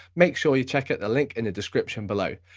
make sure you check out the link in the description below.